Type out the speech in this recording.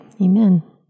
Amen